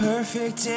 perfect